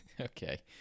okay